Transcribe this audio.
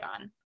on